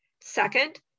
Second